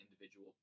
individual